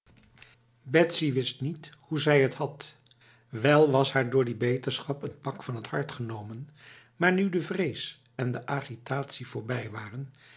betsy wist niet hoe zij het had wel was haar door die beterschap een pak van het hart genomen maar nu de vrees en de agitatie voorbij waren